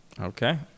Okay